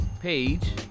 page